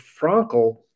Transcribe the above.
Frankel